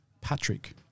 Patrick